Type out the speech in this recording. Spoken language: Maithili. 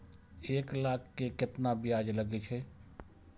एक लाख के केतना ब्याज लगे छै?